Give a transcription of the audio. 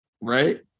Right